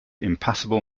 impassable